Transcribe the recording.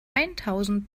eintausend